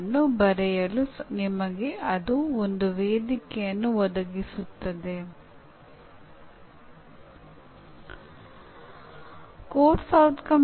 ಸಾಮಾನ್ಯವಾಗಿ ಅದನ್ನು ಸಮಾಜದ ಕೆಲವು ಸಂಸ್ಥೆ ನಿರ್ಧರಿಸುತ್ತದೆ